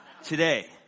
today